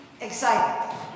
excited